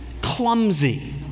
clumsy